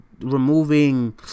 removing